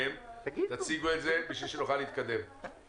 שלום לכולם, אני מתכבד לפתוח את